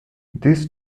this